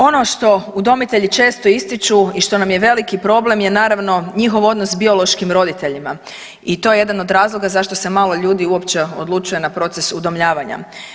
Ono što udomitelji često ističu i što nam je veliki problem je naravno njihov odnos s biološkim roditeljima i to je jedan od razloga zašto se malo ljudi uopće odlučuje na proces udomljavanja.